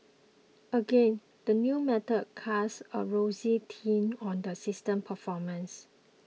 again the new method casts a rosier tint on the system's performance